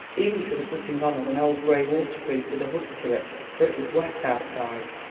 even to the putting on of an old grey waterproof with a hood to it, for it was wet outside.